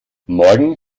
morgen